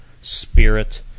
spirit